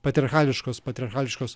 patriarchališkos patriarchališkos